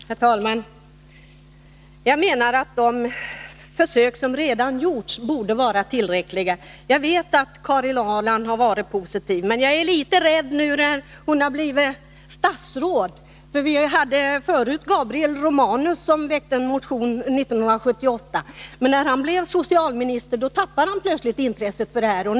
Herr talman! Jag menar att de försök som redan har gjorts borde vara tillräckliga. Jag vet att Karin Ahrland har varit positiv till detta, men jag är litet rädd för hur det skall bli nu när hon har blivit statsråd. Gabriel Romanus väckte ju en motion 1978, men när han blev socialminister, då tappade han plötsligt intresset för den här frågan.